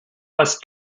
must